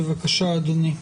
בבקשה אדוני.